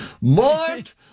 Mort